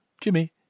Jimmy